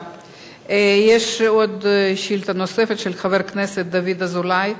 יש עוד שאלה בנושא, של חבר הכנסת דוד אזולאי.